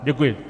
Děkuji.